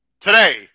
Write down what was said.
today